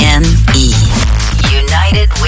United